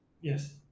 Yes